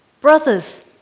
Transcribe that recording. Brothers